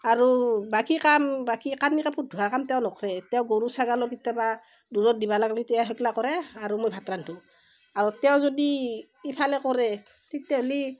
আৰু বাকী কাম বাকী কানি কাপোৰ ধোৱা কাম তেওঁ নকৰে তেওঁ গৰু ছাগলীৰ কেতিয়াবা দূৰত দিব লাগলি তেওঁ সেইগিলা কৰে আৰু মই ভাত ৰান্ধো আৰু তেওঁ যদি ইফালে কৰে তেতিয়া হ'লে